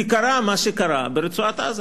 כי קרה מה שקרה ברצועת-עזה.